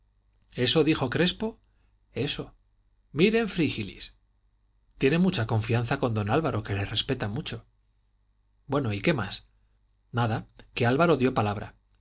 eso dijo crespo eso miren frígilis tiene mucha confianza con álvaro que le respeta mucho bueno y qué más nada que álvaro dio palabra